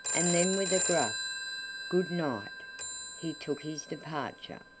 and then with a gruff good-night he took his departure,